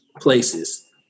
places